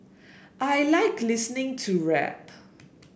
I like listening to rap